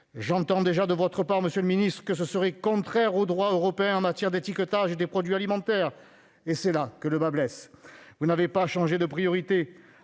entends déjà dire, monsieur le ministre, que ce serait « contraire au droit européen en matière d'étiquetage des produits alimentaires ». C'est là que le bât blesse ! Vous n'avez pas changé de priorité :